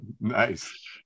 Nice